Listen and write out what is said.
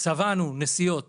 וצבענו נסיעות